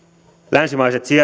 länsimaiset